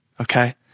okay